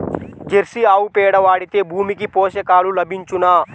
Jersey ఆవు పేడ వాడితే భూమికి పోషకాలు లభించునా?